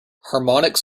harmonic